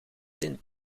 zin